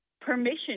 permission